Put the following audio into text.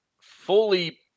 fully